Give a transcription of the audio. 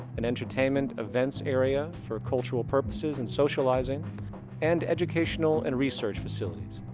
an entertainment events area for cultural purposes and socializing and educational and research facilities.